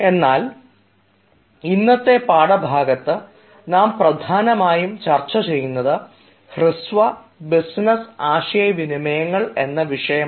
എന്നാൽ ഇന്നത്തെ പാഠഭാഗത്ത് നാം പ്രധാനമായും ചർച്ച ചെയ്യുന്നത് ഹൃസ്വ ബിസിനസ് ആശയവിനിമയങ്ങൾ എന്ന വിഷയമാണ്